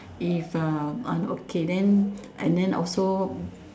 if uh and okay then and then also